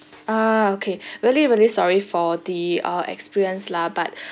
ah okay really really sorry for the uh experience lah but